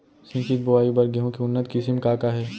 सिंचित बोआई बर गेहूँ के उन्नत किसिम का का हे??